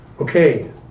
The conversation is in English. okay